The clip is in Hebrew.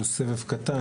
שהוא סבב קטן,